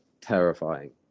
terrifying